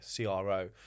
CRO